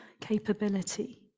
capability